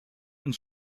and